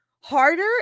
harder